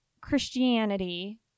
christianity